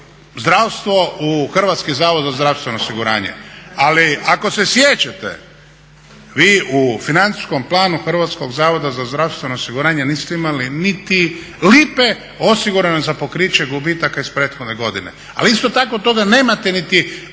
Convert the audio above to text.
zdravstvo u Hrvatski zavod za zdravstveno osiguranje. Ali ako se sjećate vi u financijskom planu HZZO-a niste imali niti lipe osigurano za pokriće gubitaka iz prethodne godine, ali isto tako toga nemate niti